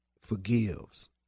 forgives